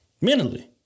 Mentally